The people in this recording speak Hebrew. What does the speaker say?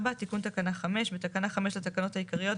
תיקון תקנה 5 4. בתקנה 5 לתקנות העיקריות,